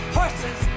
horses